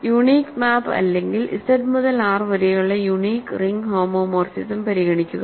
unique map അല്ലെങ്കിൽ Z മുതൽ R വരെയുള്ള യൂണീക് റിംഗ് ഹോമോമോർഫിസം പരിഗണിക്കുക